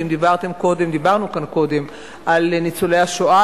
ואם דיברנו כאן קודם על ניצולי השואה,